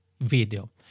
video